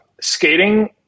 skating